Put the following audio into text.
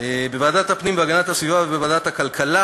בוועדת הפנים והגנת הסביבה ובוועדת הכלכלה,